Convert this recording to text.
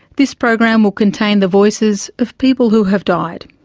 this program will contain the voices of people who have died.